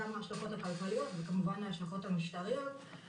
גם ההשלכות הכלכליות וכמובן ההשלכות המשטריות.